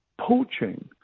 poaching